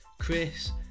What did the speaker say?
Chris